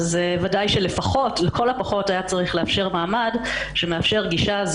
בוודאי שלכל הפחות היה צריך לאפשר מעמד שמאפשר גישה,